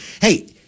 Hey